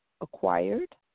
acquired